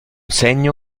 segno